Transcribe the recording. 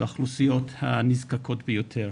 לאוכלוסיות הנזקקות ביותר.